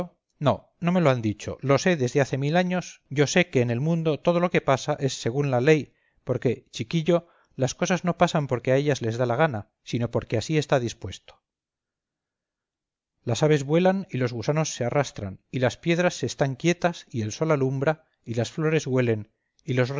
no no me lo han dicho lo sé desde hace mil años yo sé que en el mundo todo lo que pasa es según la ley porque chiquillo las cosas no pasan porque a ellas les da la gana sino porque así está dispuesto las aves vuelan y los gusanos se arrastran y las piedras se están quietas y el sol alumbra y las flores huelen y los